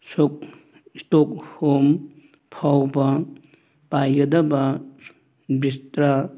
ꯁꯨꯛ ꯏꯁꯇꯣꯛꯍꯣꯝ ꯐꯥꯎꯕ ꯄꯥꯏꯒꯗꯕ ꯕꯤꯁꯇ꯭ꯔꯥ